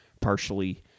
partially